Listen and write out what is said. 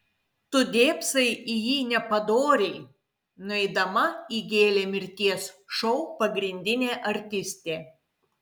tu dėbsai į jį nepadoriai nueidama įgėlė mirties šou pagrindinė artistė